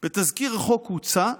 בתזכיר החוק הוצע,